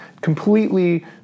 completely